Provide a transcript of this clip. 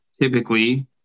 typically